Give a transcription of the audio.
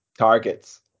Targets